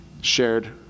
shared